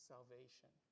salvation